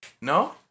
No